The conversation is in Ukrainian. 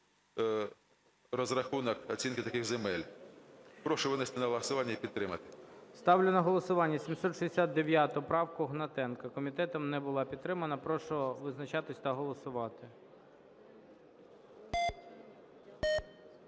розрахунок оцінці таких земель". Прошу винести на голосування і підтримати. ГОЛОВУЮЧИЙ. Ставлю на голосування 769 правку Гнатенка. Комітетом не була підтримана, прошу визначатись та голосувати.